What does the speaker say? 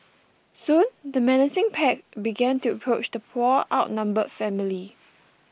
soon the menacing pack began to approach the poor outnumbered family